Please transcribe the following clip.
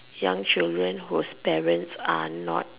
young children whose parent are not